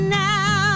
now